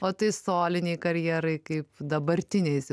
o tai solinei karjerai kaip dabartiniais